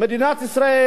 מדינת ישראל